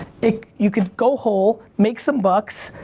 it, you could go whole, make some bucks.